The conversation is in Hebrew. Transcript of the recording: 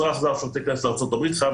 אזרח זר שרוצה להיכנס לארצות הברית חייב